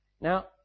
Now